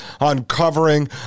uncovering